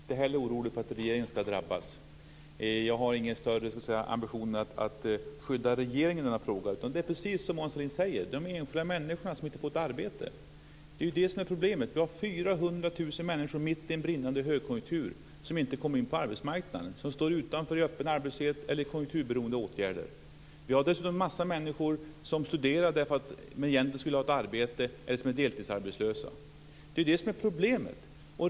Fru talman! Mona Sahlin kan vara lugn. Jag är inte heller orolig för att regeringen ska drabbas. Jag har inga större ambitioner att skydda regeringen i denna fråga. Det är precis som Mona Sahlin säger. Det är de enskilda människorna som inte får ett arbete som är problemet. Vi har 400 000 människor som mitt under en brinnande högkonjunktur inte kommer in på arbetsmarknaden. De står utanför i öppen arbetslöshet eller i konjunkturberoende åtgärder. Vi har dessutom en massa människor som studerar därför att de egentligen skulle vilja ha ett arbete eller är deltidsarbetslösa. Det är det som är problemet.